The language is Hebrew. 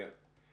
כן.